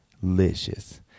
delicious